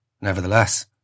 Nevertheless